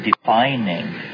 defining